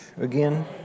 again